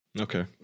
Okay